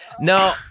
No